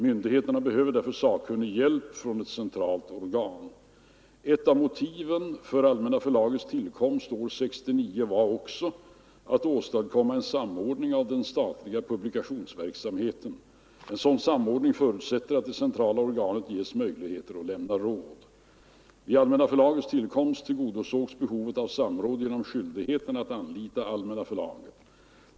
Myndigheterna behöver därför sakkunnig hjälp från ett centralt organ. Ett av motiven för Allmänna förlagets tillkomst år 1969 var också att åstadkomma en samordning av den statliga publikationsverksamheten. En sådan samordning förutsätter att det centrala organet ges möjlighet att lämna råd. Vid Allmänna förlagets tillkomst tillgodosågs behovet av samråd genom skyldigheten att anlita Allmänna förlaget.